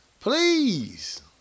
Please